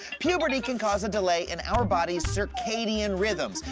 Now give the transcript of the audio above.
puberty can cause a delay in our bodies' circadian rhythms,